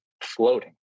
floating